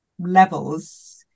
Levels